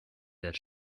that